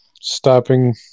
stopping